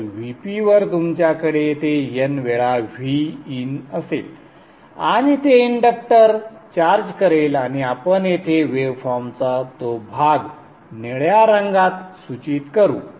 तर Vp वर तुमच्याकडे येथे n वेळा Vin असेल आणि ते इंडक्टर चार्ज करेल आणि आपण येथे वेवफॉर्मचा तो भाग निळ्या रंगात सूचित करू